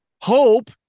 Hope